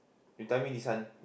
you tell me this one